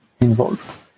involved